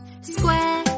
Square